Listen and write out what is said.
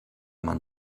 man